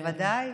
בוודאי.